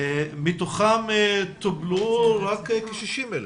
מתוכם טופלו רקכ-60,000.